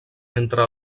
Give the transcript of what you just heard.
entre